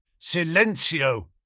Silencio